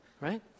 right